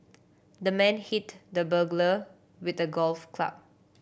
the man hit the burglar with a golf club